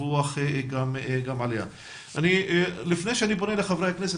לפני שאני פונה לחברי הכנסת,